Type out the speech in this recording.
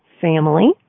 family